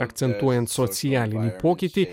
akcentuojant socialinį pokytį